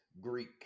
Greek